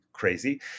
Crazy